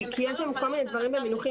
כי יש שם כל מיני דברים מהמינוחים,